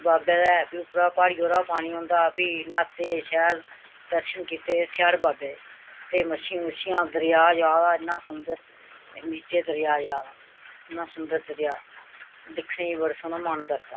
बाबै फ्ही उप्परा प्हाड़ियै पर पानी औंदा फ्ही न्हाते शैल दर्शन कीते सेआड़ बाबे दे ते मच्छियां मुच्छियां दरेआ जा दा इन्ना सुंदर नीचे दरेआ जा दा इन्ना सुंदर दरेआ दिक्खने ई बड़ा सौह्ना मन करदा